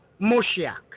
Moshiach